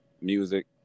music